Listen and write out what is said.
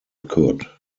could